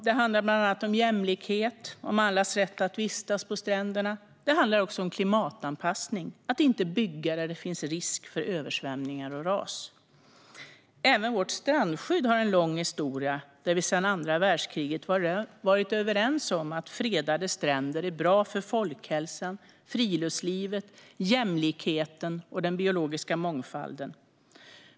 Det handlar bland annat om jämlikhet, om allas rätt att vistas på stränderna, och också om klimatanpassning, att inte bygga där det finns risk för översvämningar och ras. Även vårt strandskydd har en lång historia. Vi har sedan andra världskriget varit överens om att fredade stränder är bra för folkhälsan, friluftslivet, jämlikheten och den biologiska mångfalden.